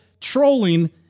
trolling